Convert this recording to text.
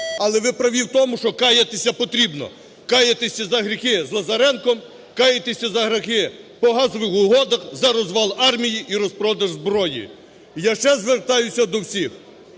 Але ви праві в тому, що каятися потрібно, каятися за гріхи з Лазаренком, каятися за гріхи по газових угодах, за розвал армії і розпродаж зброї. Я ще звертаюся до всіх,